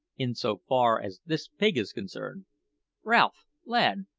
in so far as this pig is concerned ralph, lad,